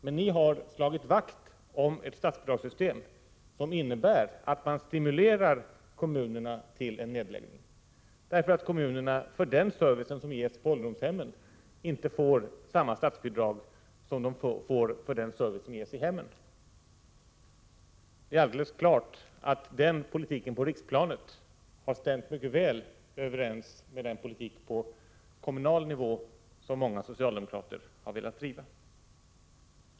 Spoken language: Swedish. Men ni har slagit vakt om ett statsbidragssystem som innebär att ni stimulerar kommunerna att lägga ned ålderdomshem; för den service kommunerna ger på ålderdomshem får de inte samma statsbidrag som de får för den service som ges i hemmen. Det är alldeles klart att den politiken på riksplanet har stämt mycket väl överens med den politik på kommunal nivå som många socialdemokrater har velat driva.